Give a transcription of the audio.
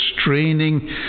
straining